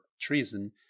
treason